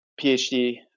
PhD